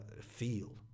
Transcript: feel